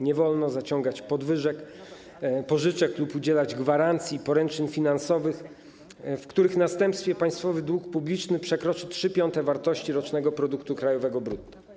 Nie wolno zaciągać pożyczek lub udzielać gwarancji i poręczeń finansowych, w których następstwie państwowy dług publiczny przekroczy 3/5 wartości rocznego produktu krajowego brutto.